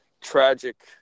tragic